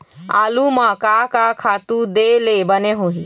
आलू म का का खातू दे ले बने होही?